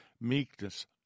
meekness